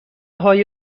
های